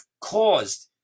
caused